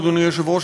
אדוני היושב-ראש,